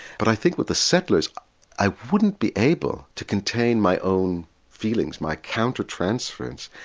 but i think with the settlers i wouldn't be able to contain my own feelings, my counter-transference,